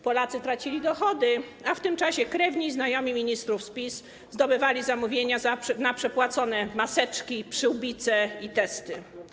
Polacy tracili dochody, a w tym czasie krewni i znajomi ministrów z PiS zdobywali zamówienia na przepłacone maseczki, przyłbice i testy.